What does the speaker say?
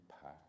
power